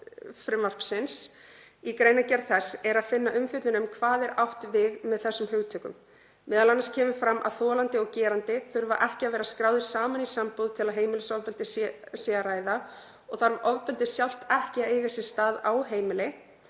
þess er að finna umfjöllun um hvað átt er við með þessum hugtökum.